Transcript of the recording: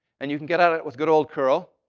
and you can get out with good old curl.